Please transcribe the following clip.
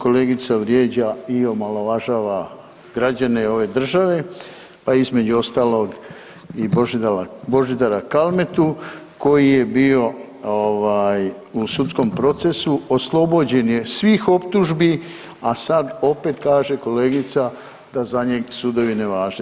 Kolegica vrijeđa i omalovažava građane ove države, pa između ostalog i Božidara Kalmetu koji je bio u sudskom procesu, oslobođen je svih optužbi, a sad opet kaže kolegica da za njega sudovi ne važe.